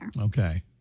Okay